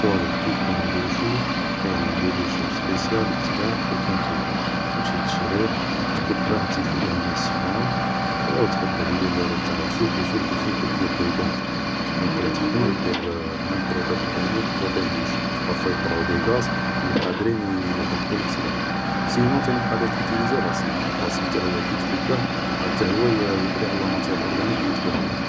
طوالات كي يكون مبوشي, كاين ان ديبوشور سبيسيال يتباع في لي كانكايري, تمشي تشريه, تكبه, تزيد فوقه الما سخون, أيا و تخليه يدير لو رول تاعه, و سيرتو سيرتو دير دي قون, كيتكون تخدم و دير مام بروتاج لعينيك و بروتاج لوجك, خطش بارفوا يطلعو دي قاز, لي قادرين يهلكولك صدرك, سينون قادر تاني تاوتيليزي لاصيد, لاصيد تا هو كي تكبه عاود تا هو يقضي على لاماتيار اورقانيك لي تكون هناك